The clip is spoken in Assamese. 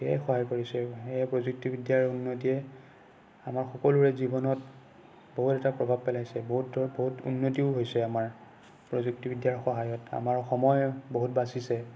ধেৰ সহায় কৰিছে এই প্ৰযুক্তিবিদ্যাৰ উন্নতিয়ে আমাৰ সকলোৰে জীৱনত বহুত এটা প্ৰভাৱ পেলাইছে বহুতৰ বহুত উন্নতিও হৈছে আমাৰ প্ৰযুক্তিবিদ্যাৰ সহায়ত আমাৰ সময় বহুত বাচিছে